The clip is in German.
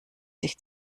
sich